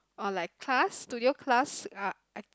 or like class studio class uh